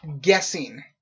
guessing